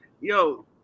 Yo